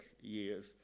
years